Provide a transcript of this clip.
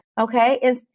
okay